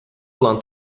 olan